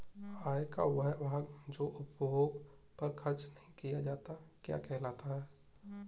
आय का वह भाग जो उपभोग पर खर्च नही किया जाता क्या कहलाता है?